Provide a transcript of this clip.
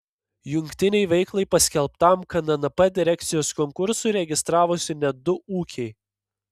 jungtinei veiklai paskelbtam knnp direkcijos konkursui registravosi net du ūkiai